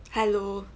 hello